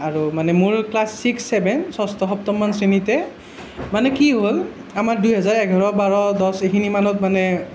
আৰু মানে মোৰ ক্লাছ ছিক্স চেভন ষষ্ঠ সপ্তমমান শ্ৰেণীতে মানে কি হ'ল আমাৰ দুহেজাৰ এঘাৰ বাৰ দহ এইখিনিমানত মানে